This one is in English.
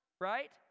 right